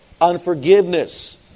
unforgiveness